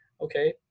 okay